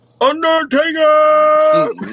Undertaker